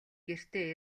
гэртээ